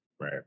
Right